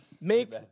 Make